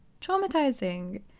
traumatizing